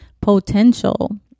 potential